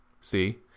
See